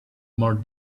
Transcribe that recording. more